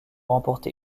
remporté